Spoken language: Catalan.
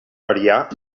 variar